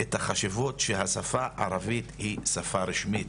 את החשיבות שיש בכך שהשפה הערבית היא שפה רשמית.